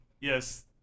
yes